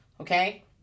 Okay